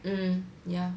um yeah